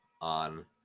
on